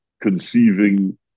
conceiving